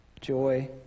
Joy